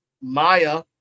Maya